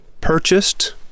purchased